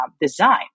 design